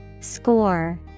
Score